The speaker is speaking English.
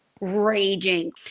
raging